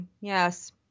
Yes